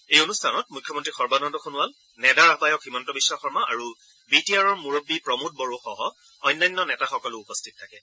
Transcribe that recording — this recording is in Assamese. এই অনুষ্ঠানত মূখ্যমন্ত্ৰী সৰ্বানন্দ সোণোৱাল নেডাৰ আহায়ক হিমন্ত বিখ শৰ্মা আৰু বি টি আৰৰ মুৰববী প্ৰমোদ বড়োসহ অন্যান্য নেতাসকলো উপস্থিত থাকে